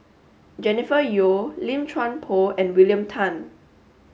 Jennifer Yeo Lim Chuan Poh and William Tan